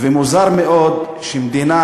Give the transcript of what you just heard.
ומוזר מאוד שמדינה